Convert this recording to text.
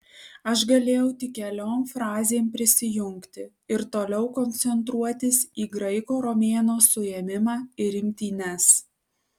aš galėjau tik keliom frazėm prisijungti ir toliau koncentruotis į graiko romėno suėmimą ir imtynes